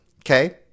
okay